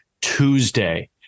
Tuesday